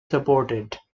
supported